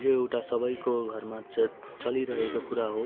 यो एउटा सबैको घरमा च चलिरहेको कुरा हो